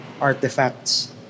artifacts